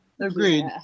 agreed